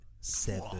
Seven